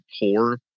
poor